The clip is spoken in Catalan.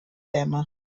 tema